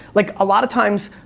like, a lot of times,